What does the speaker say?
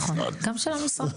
גם של המשרד.